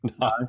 no